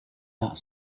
that